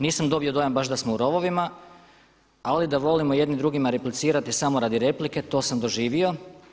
Nisam dobio dojam baš da smo u rovovima ali da volimo jedni drugima replicirati samo radi replike to sam doživio.